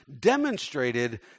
demonstrated